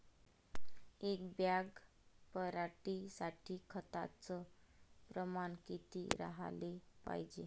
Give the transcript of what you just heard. एक बॅग पराटी साठी खताचं प्रमान किती राहाले पायजे?